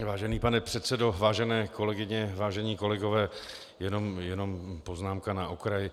Vážený pane předsedo, vážené kolegyně, vážení kolegové, jen poznámka na okraj.